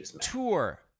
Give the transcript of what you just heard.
Tour